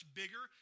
bigger